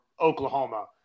Oklahoma